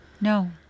No